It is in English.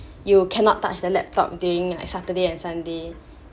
you cannot touch the laptop during like Saturday and Sunday